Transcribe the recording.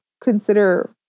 consider